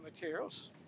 materials